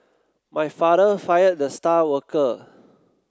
my father fired the star worker